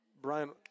Brian –